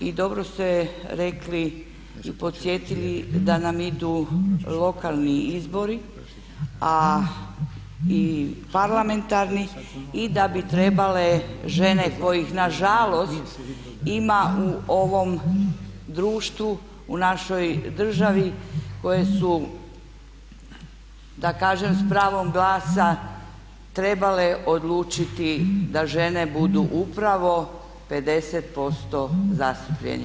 I dobro ste rekli i podsjetili da nam idu lokalni izbori a i parlamentarni i da bi trebale žene kojih nažalost ima u ovom društvu u našoj državi, koje su, da kažem sa pravom glasa trebale odlučiti da žene budu upravo 50% zastupljene.